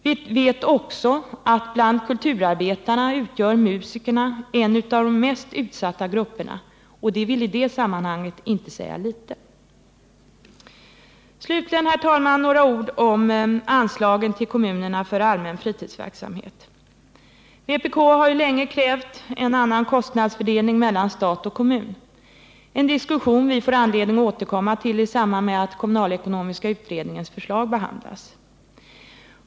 Vi vet också att bland kulturarbetarna utgör musikerna en av de mest utsatta grupperna — och det vill i detta sammanhang inte säga litet. Slutligen, herr talman, några ord om anslagen till kommunerna för allmän fritidsverksamhet. Vpk har ju länge krävt en annan kostnadsfördelning mellan stat och kommun — en diskussion som vi får anledning att återkomma till i samband med att kommunalekonomiska utredningens förslag behandlas.